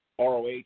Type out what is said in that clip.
ROH